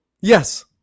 Yes